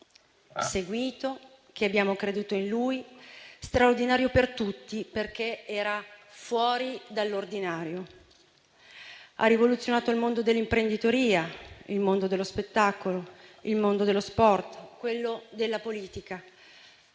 seguito, che abbiamo creduto in lui, ma straordinario per tutti, perché era fuori dall'ordinario. Ha rivoluzionato il mondo dell'imprenditoria, il mondo dello spettacolo, il mondo dello sport, quello della politica,